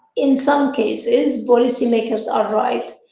in some cases, policymakers are right.